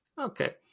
Okay